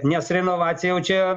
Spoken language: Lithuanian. nes renovacija jau čia